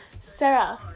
Sarah